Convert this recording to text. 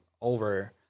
over